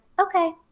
Okay